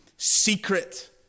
Secret